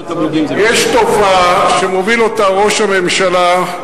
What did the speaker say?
יש תופעה שמוביל ראש הממשלה,